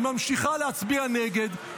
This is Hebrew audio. ממשיכה להצביע נגד,